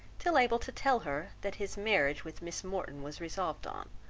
till able to tell her that his marriage with miss morton was resolved on,